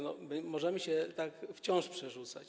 No, możemy się tak wciąż przerzucać.